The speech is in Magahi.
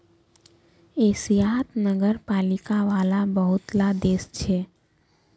एशियात नगरपालिका वाला बहुत ला देश छे